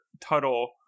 Tuttle